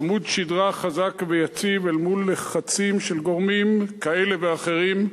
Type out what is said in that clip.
עמוד שדרה חזק ויציב אל מול לחצים של גורמים כאלה ואחרים,